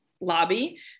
lobby